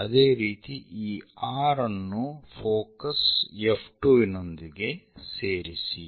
ಅದೇ ರೀತಿ ಈ R ಅನ್ನು ಫೋಕಸ್ F2 ವಿನೊಂದಿಗೆ ಸೇರಿಸಿ